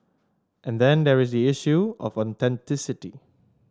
and then there is the issue of authenticity